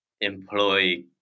employ